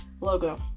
logo